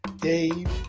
Dave